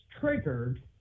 triggered